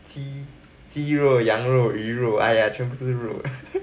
鸡鸡肉羊肉鱼肉 !aiya! 全部都是肉